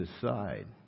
decide